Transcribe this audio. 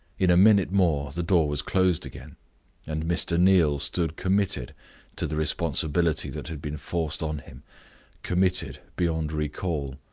in a minute more the door was closed again and mr. neal stood committed to the responsibility that had been forced on him committed beyond recall.